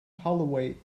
holloway